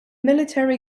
military